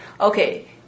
Okay